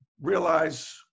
realize